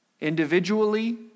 Individually